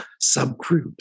subgroup